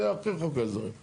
זה יהיה אחרי חוק ההסדרים.